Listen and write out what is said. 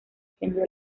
siendo